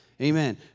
Amen